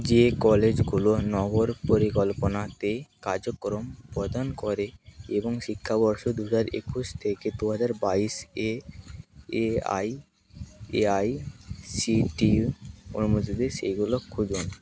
যে কলেজগুলো নগর পরিকল্পনাতে কার্যক্রম প্রদান করে এবং শিক্ষাবর্ষ দু হাজার একুশ থেকে দু হাজার বাইশ এ A I A I C T অনুমোদিত সেইগুলো খুঁজুন